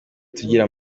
tugira